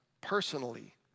Personally